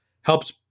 helps